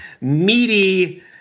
meaty